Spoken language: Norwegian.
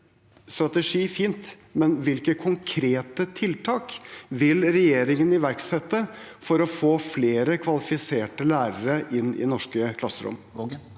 strategi er fint, men hvilke konkrete tiltak vil regjeringen iverksette for å få flere kvalifiserte lærere inn i norske klasserom?